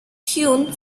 hewn